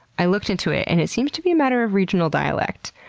i looked into it, and it seems to be a matter of regional dialect,